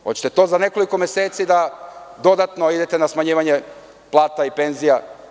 Da li ćete to za nekoliko meseci dodatno da idete na smanjivanje plata i penzija?